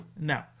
No